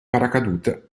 paracadute